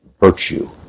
virtue